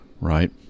right